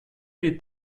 wird